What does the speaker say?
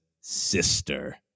sister